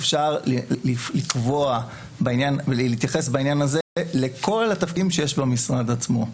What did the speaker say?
אפשר להתייחס בעניין הזה לכל התפקידים שיש במשרד עצמו.